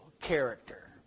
character